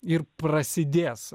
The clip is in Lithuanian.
ir prasidės